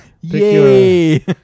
Yay